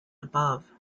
above